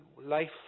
life